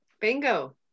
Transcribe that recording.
Bingo